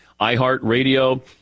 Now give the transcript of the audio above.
iHeartRadio